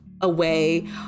away